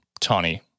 Tawny